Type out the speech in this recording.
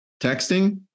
texting